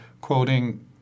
quoting